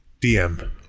DM